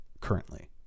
Currently